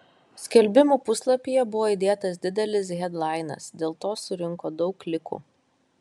skelbimų puslapyje buvo įdėtas didelis hedlainas dėl to surinko daug klikų